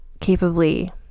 capably